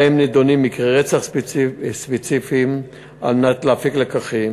ובה נדונים מקרי רצח ספציפיים על מנת להפיק לקחים.